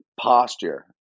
posture